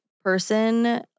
person